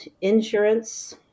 insurance